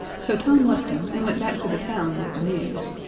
so tom left him and went back to the town with the news,